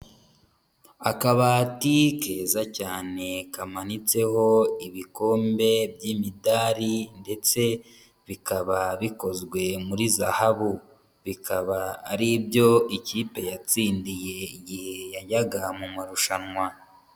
Akabati keza cyane kamanitseho ibikombe by'imidari ndetse bikaba bikozwe muri zahabu, bikaba aribyo ikipe yatsindiye igihe yajyaga mu marushanwa.